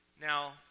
Now